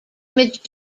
image